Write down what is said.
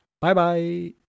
Bye-bye